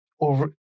over